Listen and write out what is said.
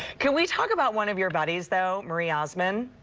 can we talk about one of your buddies, though, marie osmond?